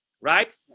right